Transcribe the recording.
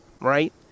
right